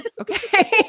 Okay